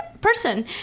person